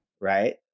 right